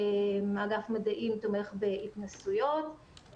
אגף מדעים תומך בהתנסויות.